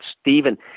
Stephen